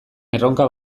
erronka